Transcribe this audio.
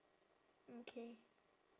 mm K